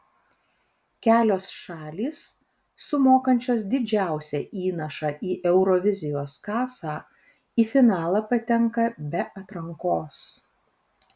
kelios šalys sumokančios didžiausią įnašą į eurovizijos kasą į finalą patenka be atrankos